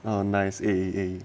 a nice eh